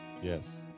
Yes